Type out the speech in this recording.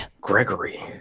Gregory